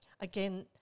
again